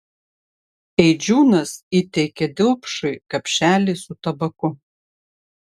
eidžiūnas įteikė dilpšui kapšelį su tabaku